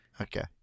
Okay